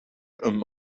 hem